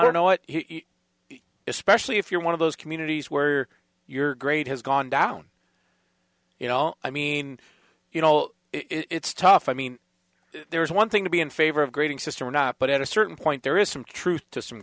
to know what especially if you're one of those communities where your grade has gone down you know i mean you know it's tough i mean there's one thing to be in favor of grading system or not but at a certain point there is some truth to some